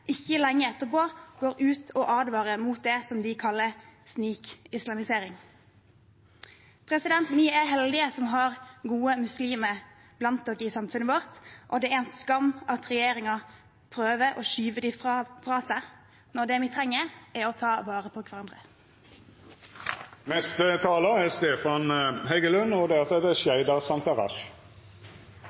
ikke lenge etterpå går ut og advarer mot det som de kaller «snikislamisering». Vi er heldige som har gode muslimer blant oss i samfunnet vårt, og det er en skam at regjeringen prøver å skyve dem fra seg når det vi trenger, er å ta vare på hverandre. Det er